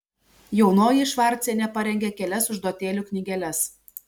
jaunoji švarcienė parengė kelias užduotėlių knygeles